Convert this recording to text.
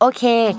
Okay